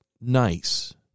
nice